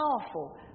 powerful